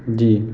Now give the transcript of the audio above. جی